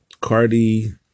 cardi